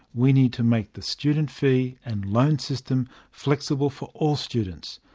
we need to make the student fee and loan system flexible for all students,